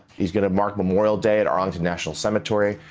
he's going to mark memorial day at arlington national cemetery,